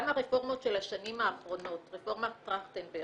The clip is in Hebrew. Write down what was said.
גם הרפורמות של השנים האחרונות, רפורמת טרכטנברג,